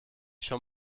schon